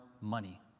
money